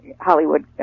Hollywood